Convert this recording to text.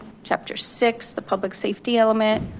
chapter six, the public safety element,